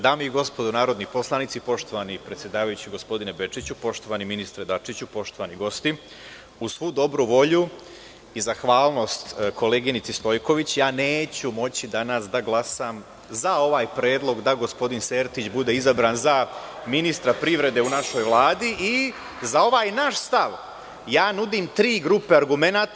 Dame i gospodo narodni poslanici, poštovani predsedavajući gospodine Bečiću, poštovani ministre Dačiću, poštovani gosti, uz svu dobru volju i zahvalnost koleginici Stojković, ja neću moći danas da glasam za ovaj predlog da gospodin Sertić bude izabran za ministra privrede u našoj Vladi i za ovaj naš stav nudim tri grupe argumenata.